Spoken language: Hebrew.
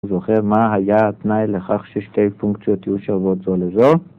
זוכר מה היה התנאי לכך ששתי פונקציות יהיו שוות זו לזו?